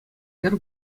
хӗр